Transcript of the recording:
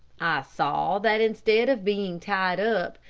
saw that instead of being tied up,